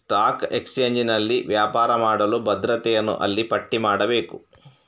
stock ಎಕ್ಸ್ಚೇಂಜಿನಲ್ಲಿ ವ್ಯಾಪಾರ ಮಾಡಲು ಭದ್ರತೆಯನ್ನು ಅಲ್ಲಿ ಪಟ್ಟಿ ಮಾಡಬೇಕು